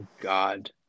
God